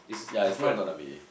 ya it's not gonna be